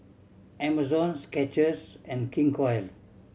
Amazon Skechers and King Koil